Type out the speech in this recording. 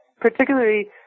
particularly